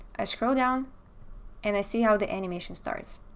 i scroll down and i see how the animation starts.